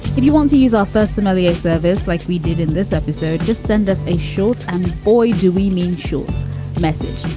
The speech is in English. if you want to use our first somalia service like we did in this episode, just send us a short. and boy, do we mean short message.